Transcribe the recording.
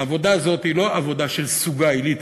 העבודה הזאת היא לא עבודה של "סוגה עילית",